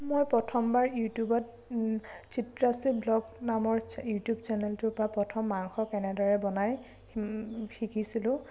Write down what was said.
মই প্ৰথমবাৰ ইউটিউবৰ চিত্ৰাশ্ৰী ব্লগ নামৰ চে ইউটিউব চেনেলটোৰ পৰা মাংস কেনেদৰে বনাই শিকিছিলোঁ